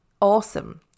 awesome